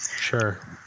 Sure